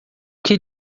que